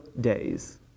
days